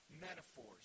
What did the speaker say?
metaphors